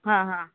હા હા